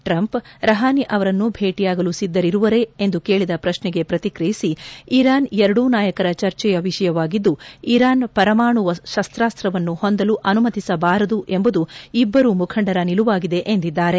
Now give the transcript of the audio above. Trump ರಹಾನಿಯವರನ್ನು ಭೇಟಿಯಾಗಲು ಸಿದ್ದರಿರುವರೇ ಎಂದು ಕೇಳಿದ ಪ್ರಶ್ನೆಗೆ ಪ್ರತಿಕ್ರಿಯಿಸಿ ಇರಾನ್ ಎರಡೂ ನಾಯಕರ ಚರ್ಚೆಯ ವಿಷಯವಾಗಿದ್ದು ಇರಾನ್ ಪರಮಾಣು ಶಸ್ತ್ರಾಶ್ವನ್ನು ಹೊಂದಲು ಅನುಮತಿಸಬಾರದು ಎಂಬುದು ಇಬ್ಬರೂ ಮುಖಂಡರ ನಿಲುವಾಗಿದೆ ಎಂದಿದ್ದಾರೆ